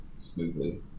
smoothly